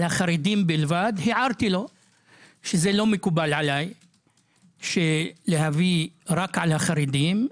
החרדים בלבד הערתי לו שזה לא מקובל עליי להביא רק על החרדים.